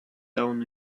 down